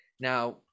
Now